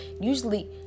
usually